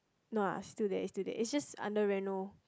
no lah still there still there is just under reno